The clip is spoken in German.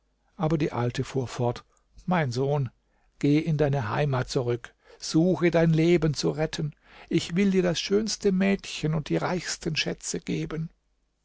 aber die alte fuhr fort mein sohn geh in deine heimat zurück suche dein leben zu retten ich will dir das schönste mädchen und die reichsten schätze geben